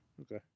Okay